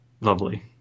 Lovely